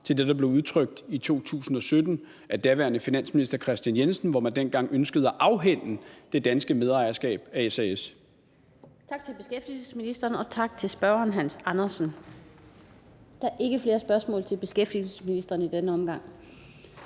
til det, der blev udtrykt i 2017 af daværende finansminister Kristian Jensen, hvor man dengang ønskede at afhænde det danske medejerskab af SAS. Kl. 16:51 Den fg. formand (Annette Lind): Tak til beskæftigelsesministeren, og tak til spørgeren, hr. Hans Andersen. Der er ikke flere spørgsmål til beskæftigelsesministeren i denne omgang.